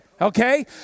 Okay